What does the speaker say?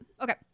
Okay